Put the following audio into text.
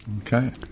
Okay